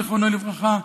זיכרונו לברכה,